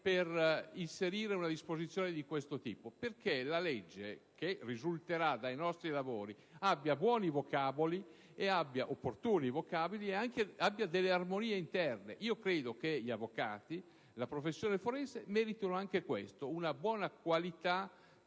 per inserire una disposizione di questo tipo, affinché la legge che risulterà dai nostri lavori abbia buoni e opportuni vocaboli e armonie interne. Credo che gli avvocati e la professione forense meritino anche questo: una buona qualità di formazione